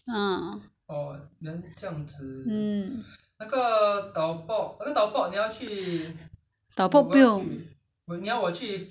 tau pok 我我自己的我的冰箱里面有 inside my fridge have a lot of tau pok last time you see~ you seen before [what] inside